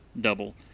double